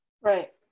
Right